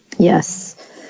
Yes